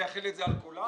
למה שלא נוסיף את זה פה?